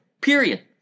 period